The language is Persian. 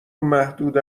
محدوده